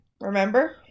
remember